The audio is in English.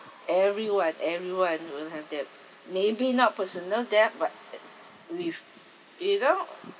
everyone everyone will have debt maybe not personal debt but uh with you know